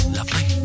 Lovely